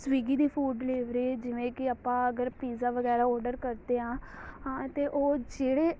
Swiggy ਦੀ food delivery ਜਿਵੇਂ ਕਿ ਆਪਾਂ ਅਗਰ ਪੀਜ਼ਾ ਵਗੈਰਾ ਔਡਰ ਕਰਦੇ ਹਾਂ ਹਾਂ ਅਤੇ ਉਹ ਜਿਹੜੇ